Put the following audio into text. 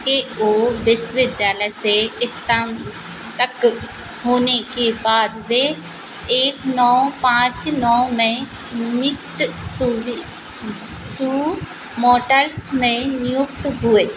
के ओ विश्वविद्यालय से स्नातक होने के बाद वे एक नौ पांच नौ में मित्सुबिशी मोटर में नियुक्त हुए